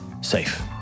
safe